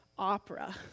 opera